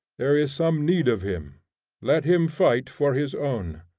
there is some need of him let him fight for his own.